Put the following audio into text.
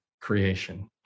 creation